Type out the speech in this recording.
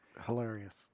Hilarious